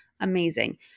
amazing